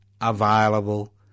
available